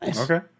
Okay